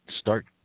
start